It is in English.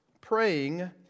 praying